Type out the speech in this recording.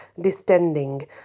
distending